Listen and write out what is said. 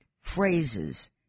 phrases